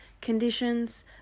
conditions